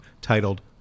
titled